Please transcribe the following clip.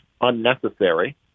unnecessary